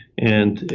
and,